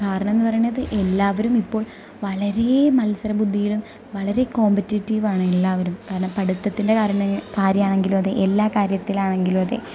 കാരണം എൻ പറയണത് എല്ലാവരും ഇപ്പോൾ വളരെ മത്സരബുദ്ധിയിലും വളരെ കോംപറ്റിറ്റീവ് ആണ് എല്ലാവരും കാരണം പഠിത്തത്തിന്റെ കാര്യമാണെങ്കിലും അതെ എല്ലാ കാര്യത്തിലാണെങ്കിലും അതെ